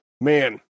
Man